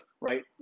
right